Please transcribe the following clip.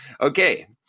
Okay